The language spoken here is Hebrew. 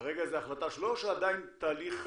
כרגע זו החלטה שלו, או שכרגע זה בתהליך הכנה?